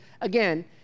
Again